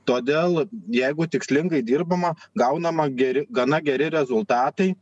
todėl jeigu tikslingai dirbama gaunama geri gana geri rezultatai